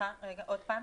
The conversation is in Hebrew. הקודמת.